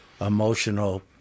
emotional